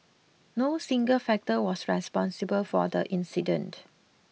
no single factor was responsible for the incident